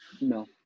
No